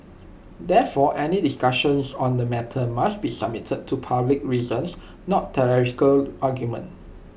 therefore any discussions on the matter must be submitted to public reasons not theological arguments